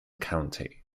county